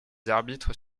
arbitres